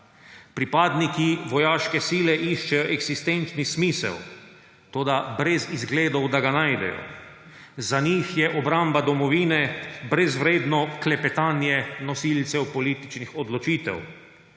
Pripadniki vojaške sile iščejo eksistenčni smisel, toda brez izgledov, da ga najdejo. Za njih je obramba domovine brezvredno klepetanje nosilcev političnih odločitev,